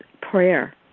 Prayer